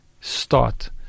start